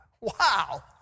Wow